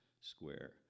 square